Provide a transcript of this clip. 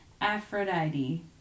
Aphrodite